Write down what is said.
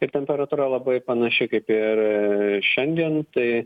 ir temperatūra labai panaši kaip ir šiandien tai